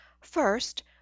First